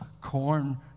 corn